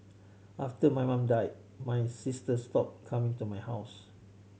after my mum died my sister stopped coming to my house